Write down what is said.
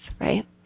right